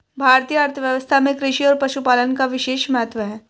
भारतीय अर्थव्यवस्था में कृषि और पशुपालन का विशेष महत्त्व है